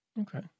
Okay